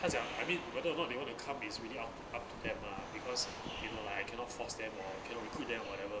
他讲 I mean whether or not they wanna come is really up to them ah because you know like I cannot force them or cannot recruit them whatever